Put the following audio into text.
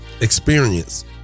Experience